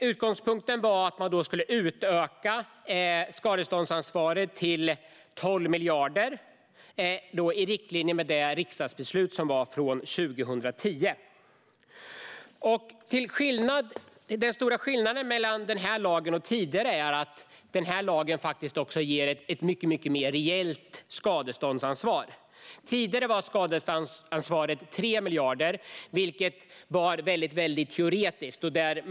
Utgångspunkten var att man skulle utöka skadeståndsansvaret till 12 miljarder i linje med riksdagsbeslutet 2010. Den stora skillnaden mellan denna och tidigare lag är att denna ger ett reellt större skadeståndsansvar. Tidigare var skadeståndsansvaret 3 miljarder, vilket var väldigt teoretiskt.